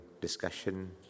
discussion